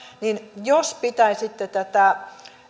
jos pitäisitte tätä